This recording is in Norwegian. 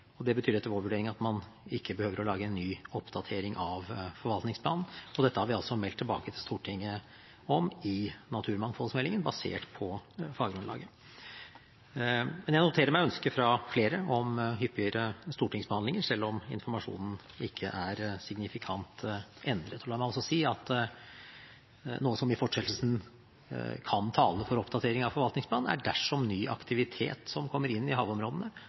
og det betyr etter vår vurdering at man ikke behøver å lage en ny oppdatering av forvaltningsplanen. Dette har vi altså meldt tilbake til Stortinget om i naturmangfoldmeldingen, basert på faggrunnlaget. Men jeg noterer meg ønsket fra flere om hyppigere stortingsbehandlinger, selv om informasjonen ikke er signifikant endret. La meg også si at noe som i fortsettelsen kan tale for oppdatering av forvaltningsplanen, er dersom ny aktivitet som kommer inn i havområdene